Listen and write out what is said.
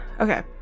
Okay